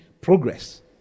progress